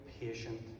patient